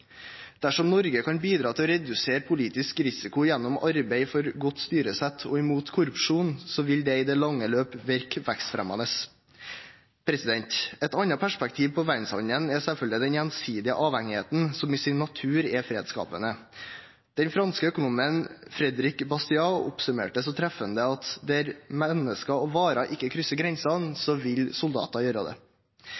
Dersom Norge kan bidra til å redusere politisk risiko gjennom arbeid for godt styresett og mot korrupsjon, vil det i det lange løp virke vekstfremmende. Et annet perspektiv på verdenshandelen er selvfølgelig den gjensidige avhengigheten som i sin natur er fredsskapende. Den franske økonomen Frédéric Bastiat oppsummerte så treffende at der mennesker og varer ikke krysser grensene,